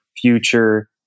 future